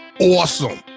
awesome